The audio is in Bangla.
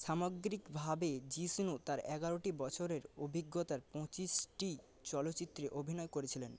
সামগ্রিকভাবে জিষ্ণু তাঁর এগারোটি বছরের অভিজ্ঞতায় পঁচিশটি চলচ্চিত্রে অভিনয় করেছিলেন